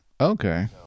Okay